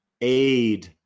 aid